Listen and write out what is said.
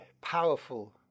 powerful